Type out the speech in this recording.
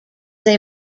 they